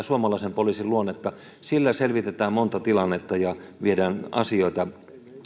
suomalaisen poliisin luonnetta sillä selvitetään monta tilannetta ja viedään asioita